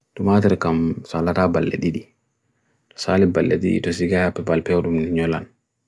tumadirakam salara balladidi salim balladidi dosiga api balpe orumun nyolaan